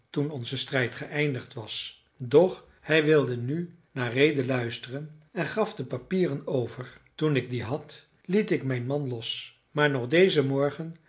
toen onze strijd geëindigd was doch hij wilde nu naar rede luisteren en gaf de papieren over toen ik die had liet ik mijn man los maar nog dezen morgen